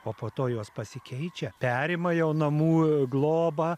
o po to jos pasikeičia perima jau namų globą